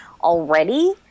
already